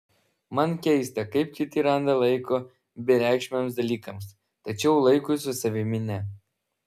man keista kaip kiti randa laiko bereikšmiams dalykams tačiau laikui su savimi ne